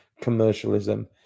commercialism